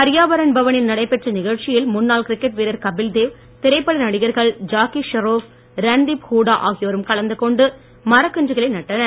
பர்யாவரண் பவனில் நடைபெற்ற நிகழ்ச்சியில் முன்னாள் கிரிகெட் வீரர் கபில்தேவ் திரைப்பட நடிகர்கள் ஜாக்கி ஷ்ராஃப் ரண்தீப் ஹுடா ஆகியோரும் கலந்து கொண்டு மரக்கன்றுகளை நட்டனர்